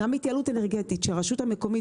גם בהתייעלות אנרגטית שרשות המקומית,